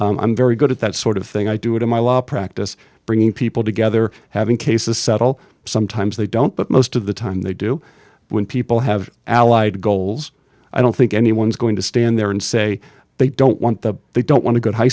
project i'm very good at that sort of thing i do it in my law practice bringing people together having cases settle sometimes they don't but most of the time they do when people have allied goals i don't think anyone's going to stand there and say they don't want that they don't want to go high